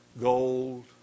gold